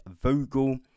Vogel